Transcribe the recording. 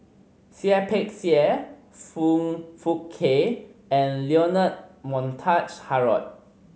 Seah Peck Seah Foong Fook Kay and Leonard Montague Harrod